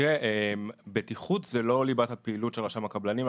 תראה, בטיחות היא לא ליבת הפעילות של רשם הקבלנים.